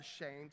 ashamed